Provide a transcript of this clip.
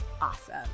awesome